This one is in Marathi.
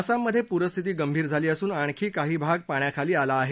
आसाममध्ये पूरस्थिती गंभीर झाली असून आणखी काही भाग पाण्याखाली आला आहे